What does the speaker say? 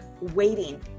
waiting